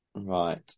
right